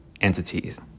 entities